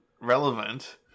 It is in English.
relevant